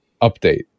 update